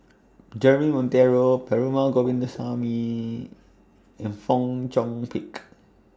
Jeremy Monteiro Perumal Govindaswamy and Fong Chong Pik